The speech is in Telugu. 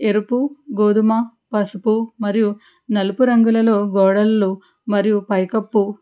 ఎరుపు గోధుమ పసుపు మరియు నలుపు రంగులలో గోడలలో మరియు పైకప్పు